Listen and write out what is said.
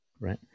right